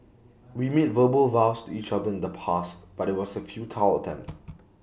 we made verbal vows to each other in the past but IT was A futile attempt